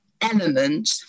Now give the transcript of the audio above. element